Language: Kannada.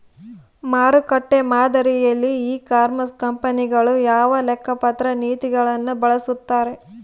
ಮಾರುಕಟ್ಟೆ ಮಾದರಿಯಲ್ಲಿ ಇ ಕಾಮರ್ಸ್ ಕಂಪನಿಗಳು ಯಾವ ಲೆಕ್ಕಪತ್ರ ನೇತಿಗಳನ್ನು ಬಳಸುತ್ತಾರೆ?